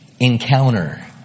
encounter